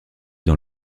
dans